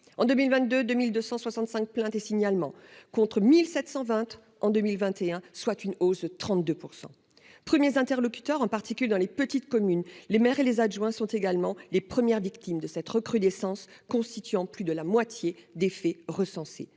en 2022, 2265 plaintes et signalements contre 1720 en 2021 soit une hausse de 32 101er interlocuteur en particulier dans les petites communes, les maires et les adjoints sont également les premières victimes de cette recrudescence constitue en plus de la moitié des faits recensés